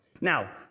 Now